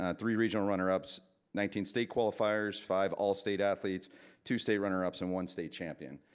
ah three regional runner ups nineteen state qualifiers, five all state athletes two state runner ups and one state champion.